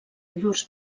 llurs